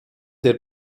der